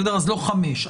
אז לא חמש,